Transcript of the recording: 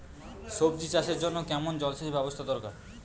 সবজি চাষের জন্য কেমন জলসেচের ব্যাবস্থা দরকার?